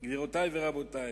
גבירותי ורבותי,